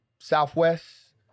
Southwest